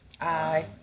Aye